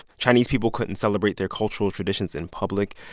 chinese people couldn't celebrate their cultural traditions in public.